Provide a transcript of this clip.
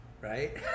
right